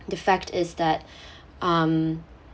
the fact is that um